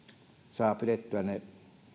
saa pidettyä ne